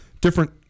different